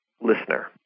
listener